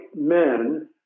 men